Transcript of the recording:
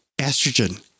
estrogen